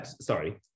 Sorry